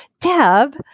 Deb